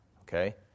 Okay